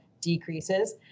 decreases